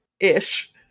ish